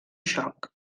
xoc